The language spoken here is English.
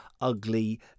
ugly